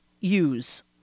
use